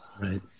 Right